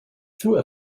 through